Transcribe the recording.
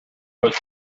was